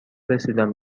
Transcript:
رسیدم